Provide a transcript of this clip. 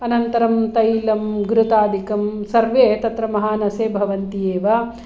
अनन्तरं तैलं घृतादिकं सर्वे तत्र महानसे भवन्ति एव